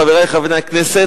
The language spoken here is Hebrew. חברי חברי הכנסת,